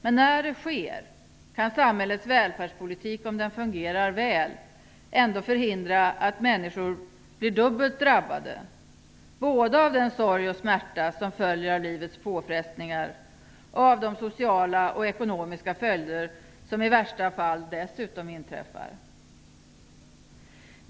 Men när det sker kan samhällets välfärdspolitik, om den fungerar väl, ändå förhindra att människor blir dubbelt drabbade - både av den sorg och smärta som följer av livets påfrestningar och av de sociala och ekonomiska följder som i värsta fall dessutom inträffar.